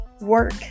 work